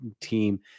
team